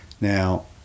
Now